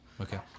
Okay